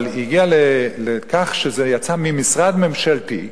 אבל היא הגיעה לכך שזה יצא ממשרד ממשלתי,